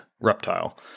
reptile